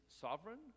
sovereign